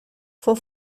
fue